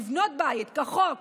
לבנות בית כחוק